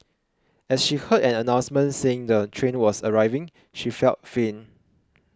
as she heard an announcement saying the train was arriving she felt faint